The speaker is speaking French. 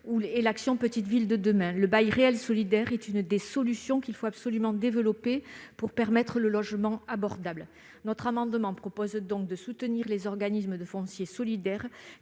et « Petites villes de demain ». Le bail réel solidaire est l'une des solutions qu'il faut absolument développer pour permettre le logement abordable. Nous proposons donc de soutenir les organismes de foncier solidaire